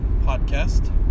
podcast